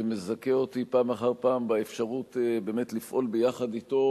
שמזכה אותי פעם אחר פעם באפשרות באמת לפעול ביחד אתו